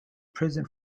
prison